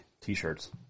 T-shirts